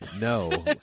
No